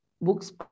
books